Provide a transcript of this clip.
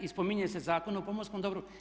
I spominje se Zakon o pomorskom dobru.